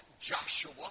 Joshua